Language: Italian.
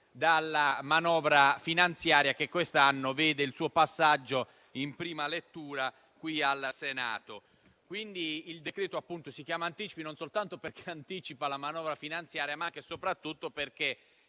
dalla manovra finanziaria, che quest'anno vede il suo passaggio in prima lettura qui al Senato. Il decreto-legge in esame si chiama anticipi non soltanto perché anticipa la manovra finanziaria, ma anche e soprattutto perché